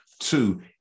Two